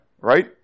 right